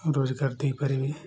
ରୋଜଗାର ଦେଇପାରିବି